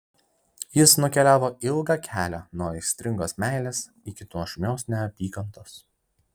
jis nukeliavo ilgą kelią nuo aistringos meilės iki nuožmios neapykantos